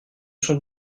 sont